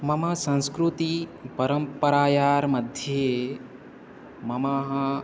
मम संस्कृतेः परम्परायाम्मध्ये मम